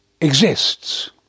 exists